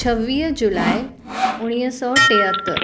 छवीह जुलाई उणिवीह सौ टेहतरि